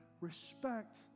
respect